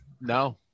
No